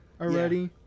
Already